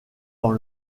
dans